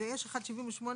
ויש אחד 78,